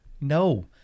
no